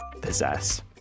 possess